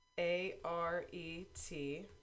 A-R-E-T